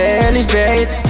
elevate